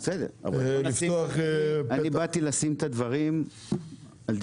בסדר, אני באתי לשים את הדברים על דיוקם.